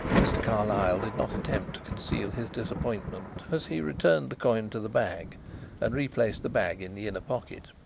mr. carlyle did not attempt to conceal his disappointment as he returned the coin to the bag and replaced the bag in the inner pocket.